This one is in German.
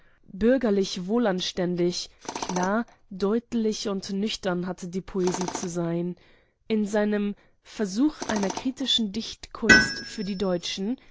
moralische bürgerlich wohlanständig klar deutlich und nüchtern hatte die poesie zu sein in seinem versuch einer kritischen dichtkunst für die deutschen